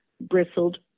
bristled